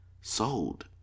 sold